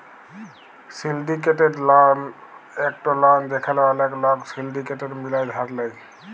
syndicated loan একট loan যেখালে ওলেক লক সিলডিকেট মিলায় ধার লেয়